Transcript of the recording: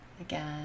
Again